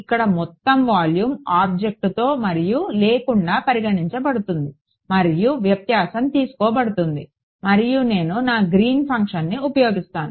ఇక్కడ మొత్తం వాల్యూమ్ ఆబ్జెక్ట్తో మరియు లేకుండా పరిగణించబడుతుంది మరియు వ్యత్యాసం తీసుకోబడుతుంది మరియు నేను నా గ్రీన్ ఫంక్షన్ని ఉపయోగిస్తాను